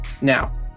now